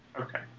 Okay